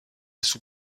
sous